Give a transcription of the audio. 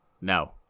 No